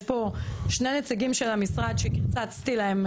יש פה שני נציגים של המשרד שקיצצתי להם,